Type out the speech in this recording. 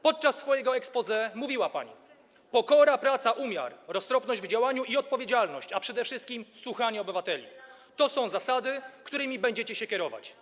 Podczas swojego exposé mówiła pani: Pokora, praca, umiar, roztropność w działaniu i odpowiedzialność, a przede wszystkim słuchanie obywateli to są zasady, którymi będziemy się kierować.